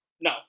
No